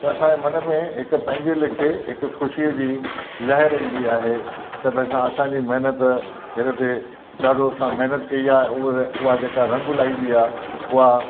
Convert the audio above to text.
त असांजे मन में हिकु पंहिंजे लेखे हिकु ख़ुशीअ जी लहर ईंदी आहे त भई असां असांजी महिनत हिन ते ॾाढो असां महिनत कई आहे उहा उहा जेका रंग लाहींदी आहे उहा